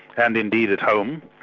and indeed at home.